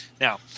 Now